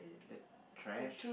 the trash